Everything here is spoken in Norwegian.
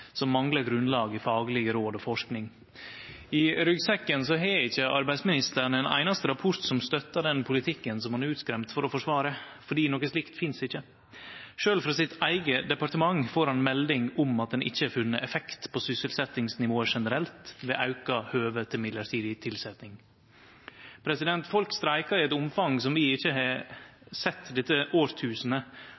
som manglar grunnlag i faglege råd og forsking. I ryggsekken har ikkje arbeidsministeren ein einaste rapport som støttar den politikken som han er skremd ut for å forsvare, for noko slikt finst ikkje. Sjølv frå sitt eige departement får han melding om at ein ikkje har funne effekt på sysselsetjingsnivået generelt, det aukar berre høvet til mellombels tilsetjing. Folk streika i eit omfang som vi ikkje har